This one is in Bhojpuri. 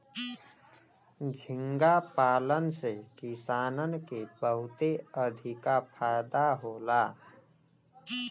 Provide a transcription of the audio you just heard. झींगा पालन से किसानन के बहुते अधिका फायदा होला